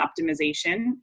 optimization